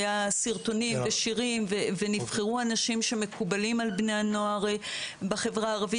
היו סרטונים ושירים ונבחרו אנשים שמקובלים על בני הנוער בחברה הערבית,